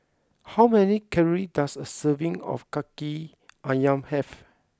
how many calories does a serving of Kaki Ayam have